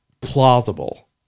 plausible